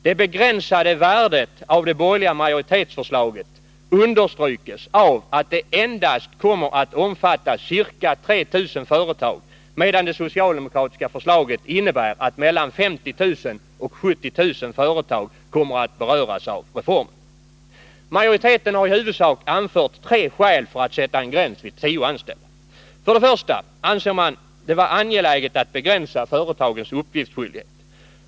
Det begränsade värdet av det borgerliga majoritetsförslaget understryks av att det endast kommer att omfatta ca 3 000 företag, medan det socialdemokratiska förslaget innebär att mellan 50 000 och 70 000 företag kommer att beröras av reformen. Majoriteten har i huvudsak anfört tre skäl för att sätta en gräns vid tio anställda. För det första anser man det vara angeläget att begränsa företagens uppgiftsskyldigheter.